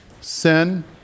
sin